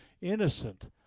innocent